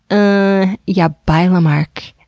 ah yeah, bye lamarck,